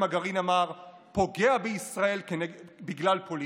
הגרעין אמר: "פוגע בישראל בגלל פוליטיקה".